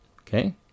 Okay